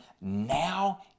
now